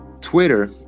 Twitter